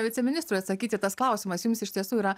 viceministrui atsakyti tas klausimas jums iš tiesų yra